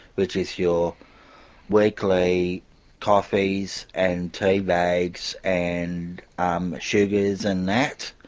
which is your weekly coffees and teabags and um sugars and that.